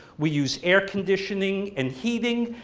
we use air conditioning and heating,